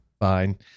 Fine